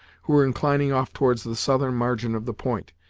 who were inclining off towards the southern margin of the point,